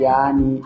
Yani